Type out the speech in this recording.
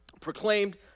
proclaimed